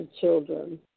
children